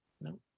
No